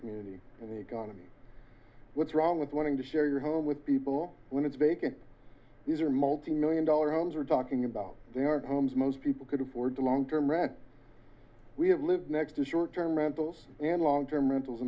community and the economy what's wrong with wanting to share your home with people when it's vacant these are multi million dollar homes were talking about their homes most people could afford the long term rent we have lived next to short term rentals and long term rentals